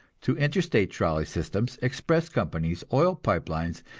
to interstate trolley systems, express companies, oil pipe lines,